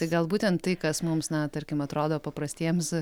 tai gal būtent tai kas mums na tarkim atrodo paprastiems